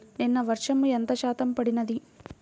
నిన్న వర్షము ఎంత శాతము పడినది?